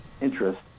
interest